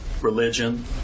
religion